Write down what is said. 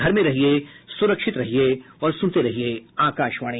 घर में रहिये सुरक्षित रहिये और सुनते रहिये आकाशवाणी